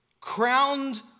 Crowned